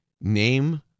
name